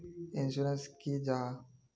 Insurance की जाहा?